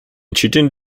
cheating